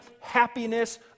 Happiness